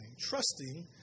trusting